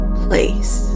place